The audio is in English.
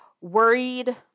worried